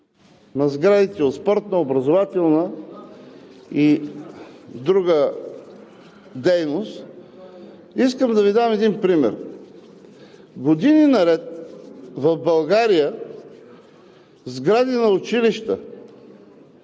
на сградите от спортна, образователна и друга дейност, искам да Ви дам един пример. Години наред в България сгради на училища